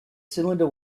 cylinder